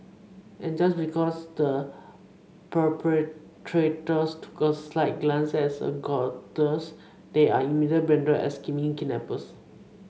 and just because the 'perpetrators' took a slight glance at a they are immediately branded as scheming kidnappers